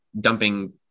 dumping